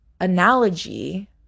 analogy